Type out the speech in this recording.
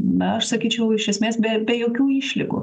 na aš sakyčiau iš esmės be be jokių išlygų